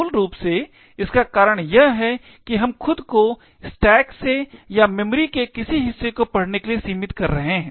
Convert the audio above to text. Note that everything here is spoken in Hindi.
मूल रूप से इसका कारण यह है कि हम खुद को स्टैक से या मेमोरी के किसी हिस्से को पढ़ने के लिए सीमित कर रहे हैं